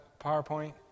PowerPoint